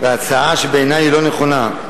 בהצעה שבעיני היא לא נכונה,